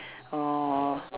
orh